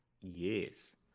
Yes